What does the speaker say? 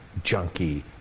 junky